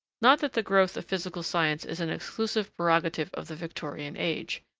not that the growth of physical science is an exclusive prerogative of the victorian age.